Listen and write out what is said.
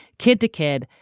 kid to kid,